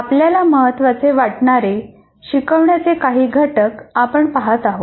आपल्याला महत्त्वाचे वाटणारे शिकवण्याचे काही घटक आपण पहात आहोत